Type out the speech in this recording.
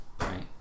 right